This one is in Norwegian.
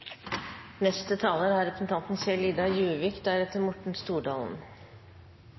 Neste taler er representanten